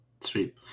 sweet